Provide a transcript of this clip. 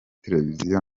televiziyo